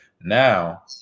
Now